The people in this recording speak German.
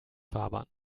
fahrbahn